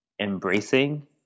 embracing